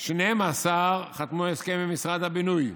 12 חתמו הסכם עם משרד הבינוי,